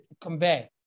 convey